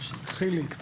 חיליק.